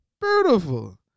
Beautiful